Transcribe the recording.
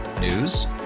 News